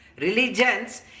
religions